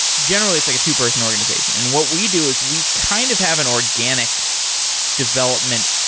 generally, it's like a two-person organization. and what we do is we kind of have an organic development